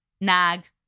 nag